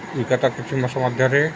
ବିଗତ କିଛି ମାସ ମଧ୍ୟରେ